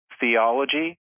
theology